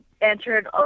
entered